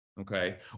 okay